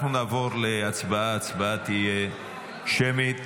אנחנו נעבור להצבעה, ההצבעה תהיה שמית.